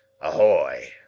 Ahoy